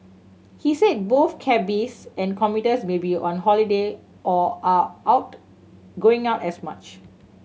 he said both cabbies and commuters may be on holiday or are out going out as much